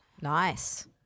Nice